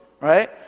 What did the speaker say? right